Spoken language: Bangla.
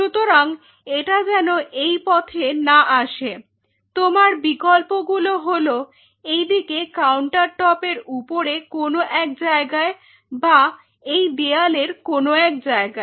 সুতরাং এটা যেন এই পথে না আসে তোমার বিকল্প গুলো হলো এইদিকে কাউন্টার টপ এর উপরে কোন এক জায়গায় বা এই দেওয়ালের কোন এক জায়গায়